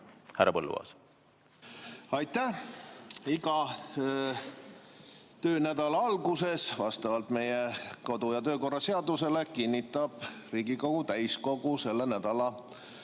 tegelikkusele. Aitäh! Iga töönädala alguses vastavalt meie kodu- ja töökorra seadusele kinnitab Riigikogu täiskogu selle nädala